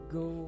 go